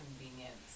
convenience